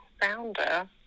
founder